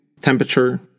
temperature